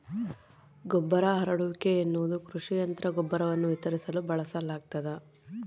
ಗೊಬ್ಬರ ಹರಡುವಿಕೆ ಎನ್ನುವುದು ಕೃಷಿ ಯಂತ್ರ ಗೊಬ್ಬರವನ್ನು ವಿತರಿಸಲು ಬಳಸಲಾಗ್ತದ